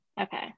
Okay